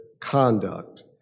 conduct